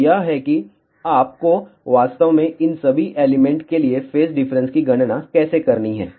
तो यह है कि आपको वास्तव में इन सभी एलिमेंट के लिए फेज डिफरेंस की गणना कैसे करनी है